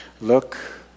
Look